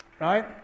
Right